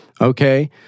okay